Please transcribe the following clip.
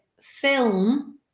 film